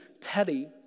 petty